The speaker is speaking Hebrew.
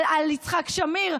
על יצחק שמיר,